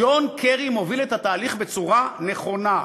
ג'ון קרי מוביל את התהליך בצורה נכונה,